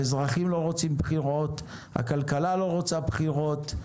האזרחים לא רוצים בחירות, הכלכלה לא רוצה בחירות,